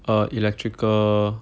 err electrical